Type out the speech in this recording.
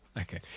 Okay